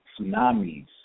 tsunamis